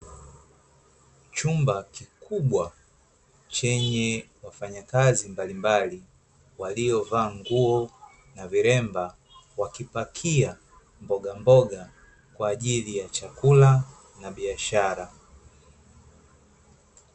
Chumba kikubwa chenye wafanyakazi mbalimbali waliovaa nguo na viremba wakipakia mbogamboga kwa ajili ya chakula na biashara.